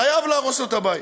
חייבים להרוס לו את הבית.